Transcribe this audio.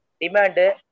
demand